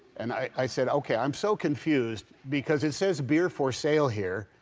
and i said, ok i'm so confused because it says beer for sale here.